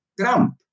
Trump